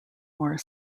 more